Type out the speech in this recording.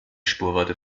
spurweite